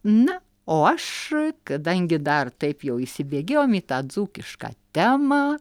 na o aš kadangi dar taip jau įsibėgėjom į tą dzūkišką temą